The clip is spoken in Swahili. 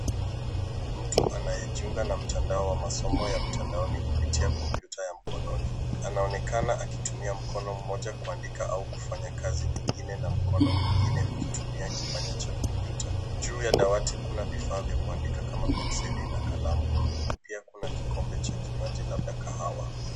Mtu anayejiunga na mtandao wa masomo ya mtandaoni kupitia kompyuta ya mkononi anaonekana akitumia mkono moja kuandika au kufanya kazi nyingine na mkono nyingine akitumia kipanya cha kompyuta. Juu ya dawati kuna vifaa vya kuandika kama penseli na kalamu pia kuna kikombe cha kinywaji labda kahawa.